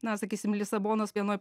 na sakysim lisabonos vienoj